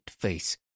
face